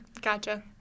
Gotcha